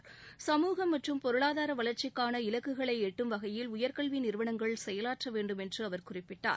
நாட்டின் சமூகம் மற்றும் பொருளாதார வளர்ச்சிக்கான இலக்குகளை எட்டும் வகையில் உயர்கல்வி நிறுவனங்கள் செயலாற்ற வேண்டும் என்று அவர் குறிப்பிட்டார்